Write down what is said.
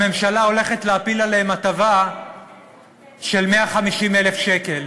הממשלה הולכת להפיל עליהם הטבה של 150,000 שקלים.